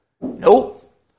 Nope